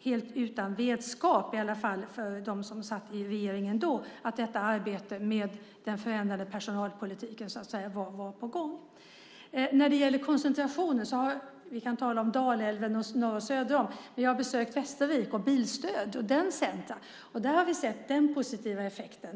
helt utan vetskap för dem som satt i regeringen då att arbetet med den förändrade personalpolitiken var på gång. När det gäller koncentrationen kan vi tala om Dalälven och norr och söder om den. Men jag har besökt Västervik och enheten för bilstöd. Där har vi sett en positiv effekt.